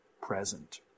present